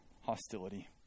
hostility